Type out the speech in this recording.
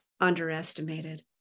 underestimated